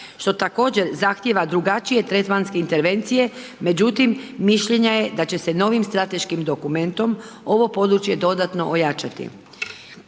što također zahtjeva drugačije tretmanske intervencije, međutim mišljenja je da će se novim strateškim dokumentom ovo područje dodatno ojačati.